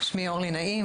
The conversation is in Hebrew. שמי אורלי נעים,